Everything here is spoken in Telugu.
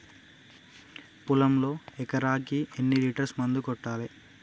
పొలంలో ఎకరాకి ఎన్ని లీటర్స్ మందు కొట్టాలి?